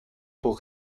pour